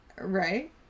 Right